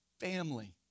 family